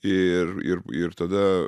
ir ir ir tada